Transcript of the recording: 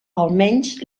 almenys